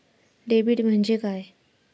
Debit म्हणजे काय?